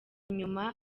inyuma